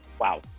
Wow